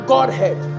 Godhead